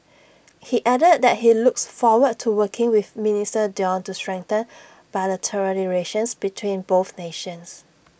he added that he looks forward to working with minister Dion to strengthen bilateral relations between both nations